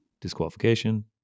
Disqualification